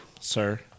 sir